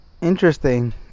interesting